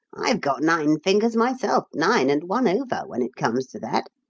i've got nine fingers myself, nine and one over, when it comes to that.